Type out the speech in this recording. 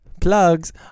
plugs